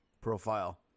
profile